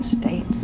states